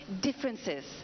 differences